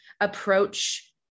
approach